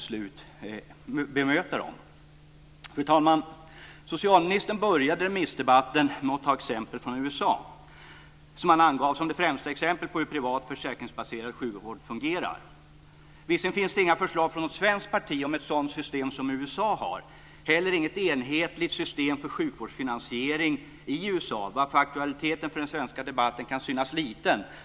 Socialministern började remissdebatten med att ta exempel från USA, som han angav som det främsta exemplet på hur privat försäkringsbaserad sjukvård fungerar. Visserligen finns det inga förslag från något svenskt parti om ett sådant system som USA har, och inte heller något enhetligt system för sjukvårdsfinansiering i USA, varför aktualiteten för den svenska debatten kan synas liten.